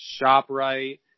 ShopRite